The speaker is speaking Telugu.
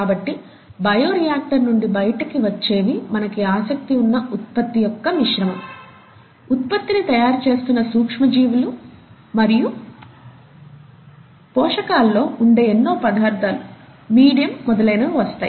కాబట్టి బయో రియాక్టర్ నుండి బయటకు వచ్చేవి మనకి ఆసక్తి ఉన్న ఉత్పత్తి యొక్క మిశ్రమం ఉత్పత్తిని తయారు చేస్తున్న సూక్ష్మ జీవులు మరియు పోషకాల్లో ఉండే ఎన్నో పదార్ధాలు మీడియం మొదలైనవి వస్తాయి